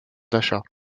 d’achat